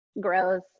gross